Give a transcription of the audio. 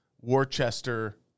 Worcester